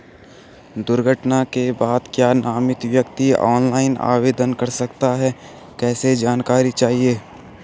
दुर्घटना के बाद क्या नामित व्यक्ति ऑनलाइन आवेदन कर सकता है कैसे जानकारी चाहिए?